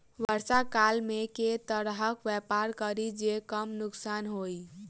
वर्षा काल मे केँ तरहक व्यापार करि जे कम नुकसान होइ?